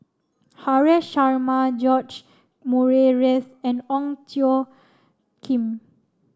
Haresh Sharma George Murray Reith and Ong Tjoe Kim